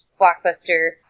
blockbuster